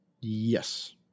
Yes